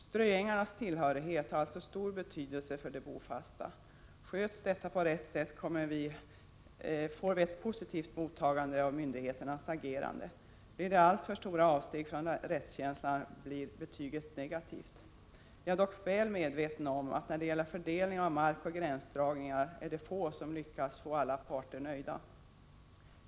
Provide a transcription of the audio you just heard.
Ströängarnas tillhörighet har alltså stor betydelse för de bofasta. Sköts detta riktigt får vi ett positivt mottagande av myndigheternas agerande, blir det alltför stora avsteg från rättskänslan blir betyget negativt. Jag är dock väl medveten om att när det gäller fördelning av mark och gränsdragningar är det få som lyckas få alla parter nöjda.